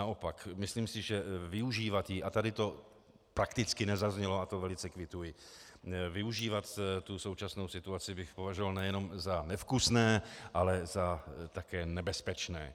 Naopak, myslím si, že využívat ji, a tady to prakticky nezaznělo, a to velice kvituji, využívat současnou situaci bych považoval nejenom za nevkusné, ale za také nebezpečné.